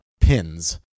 pins